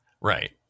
Right